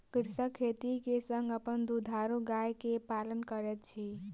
कृषक खेती के संग अपन दुधारू गाय के पालन करैत अछि